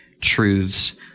truths